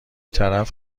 طرف